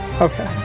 Okay